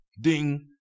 Ding